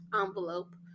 envelope